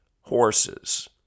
horses